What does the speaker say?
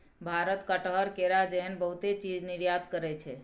भारत कटहर, केरा जेहन बहुते चीज निर्यात करइ छै